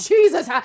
Jesus